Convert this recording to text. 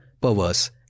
perverse